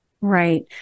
Right